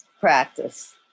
practice